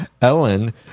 Ellen